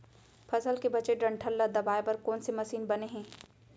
फसल के बचे डंठल ल दबाये बर कोन से मशीन बने हे?